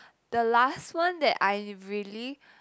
the last one that I really